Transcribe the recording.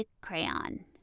Crayon